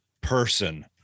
person